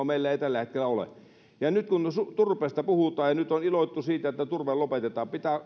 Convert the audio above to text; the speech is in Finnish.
meillä ei tällä hetkellä ole nyt kun turpeesta puhutaan ja nyt on iloittu siitä että turve lopetetaan